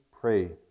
pray